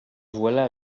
voilà